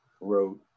wrote